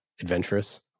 adventurous